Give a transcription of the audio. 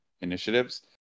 initiatives